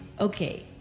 Okay